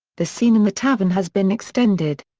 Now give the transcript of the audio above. the scene in the tavern has been extended.